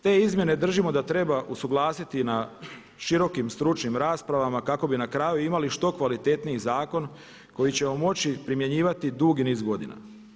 Te izmjene držimo da treba usuglasiti na širokim stručnim raspravama kako bi na kraju imali što kvalitetniji zakon koji ćemo moći primjenjivati dugi niz godina.